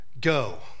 go